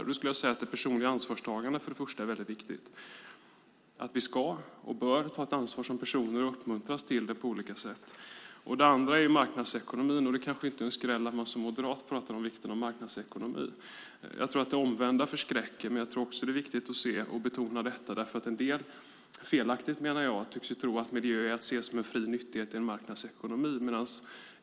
Jag skulle vilja säga att det personliga ansvarstagandet, för det första, är viktigt. Vi ska och bör ta ansvar som personer och uppmuntras till det på olika sätt. För det andra handlar det om marknadsekonomin. Det kanske inte är någon skräll att man som moderat pratar om vikten av marknadsekonomi. Jag tror att det omvända förskräcker, men jag tror också att det är viktigt att se och betona detta. En del tycks tro, felaktigt menar jag, att miljö är att se som en fri nyttighet i en marknadsekonomi.